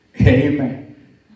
Amen